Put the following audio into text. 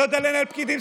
לא יודע לנהל פקידים,